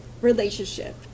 relationship